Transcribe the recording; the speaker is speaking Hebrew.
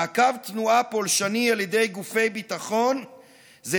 מעקב תנועה פולשני על ידי גופי ביטחון זה